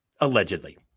Allegedly